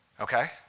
Okay